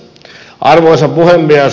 arvoisa puhemies